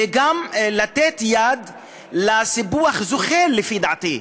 וגם לתת יד לסיפוח זוחל, לפי דעתי.